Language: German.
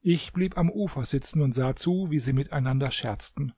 ich blieb am ufer sitzen und sah zu wie sie miteinander scherzten